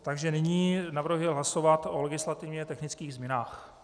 Takže nyní navrhuji hlasovat o legislativně technických změnách.